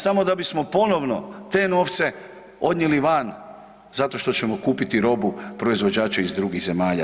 Ali samo da bismo ponovno te novce odnijeli van zato što ćemo kupiti robu proizvođača iz drugih zemalja.